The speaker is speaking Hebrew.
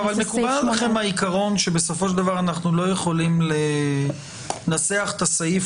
אבל מקובל עליכם העיקרון שבסופו של דבר אנחנו לא יכולים לנסח את הסעיף